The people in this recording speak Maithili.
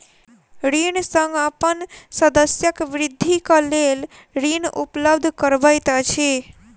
ऋण संघ अपन सदस्यक वृद्धिक लेल ऋण उपलब्ध करबैत अछि